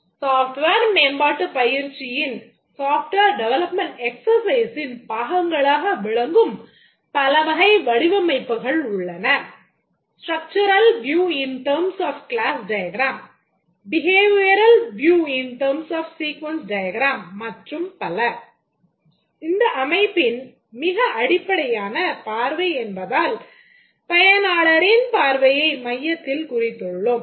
Software மேம்பாட்டு பயிற்சியின் பார்வையை மையத்தில் குறித்துள்ளோம்